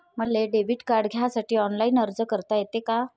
मले debit card घ्यासाठी online अर्ज करता येते का?